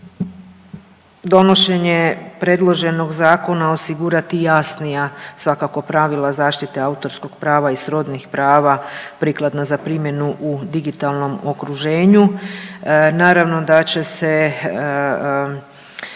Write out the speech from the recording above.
donošenje predloženog zakona osigurati jasnija svakako pravila zaštite autorskog prava i srodnih prava prikladna za primjenu u digitalnom okruženju. Naravno da će se